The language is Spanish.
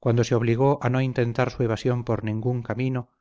cuando se obligó a no intentar su evasión por ningún camino